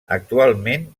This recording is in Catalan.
actualment